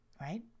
Right